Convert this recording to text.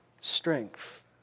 strength